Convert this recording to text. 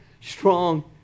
strong